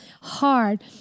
hard